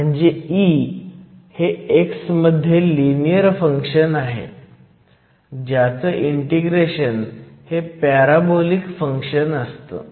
म्हणजे E हे x मध्ये लिनीअर फंक्शन आहे ज्याचं इंटेग्रेशन हे पॅराबोलीक फंक्शन असतं